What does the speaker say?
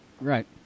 right